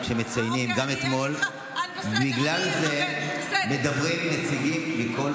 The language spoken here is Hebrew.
לא קראת, אז לפחות תקשיבי,